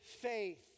faith